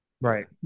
Right